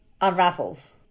unravels